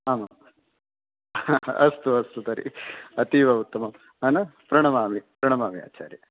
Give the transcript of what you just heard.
आम् आम् अस्तु अस्तु तर्हि अतीव उत्तमं न प्रणमामि प्रणमामि आचार्य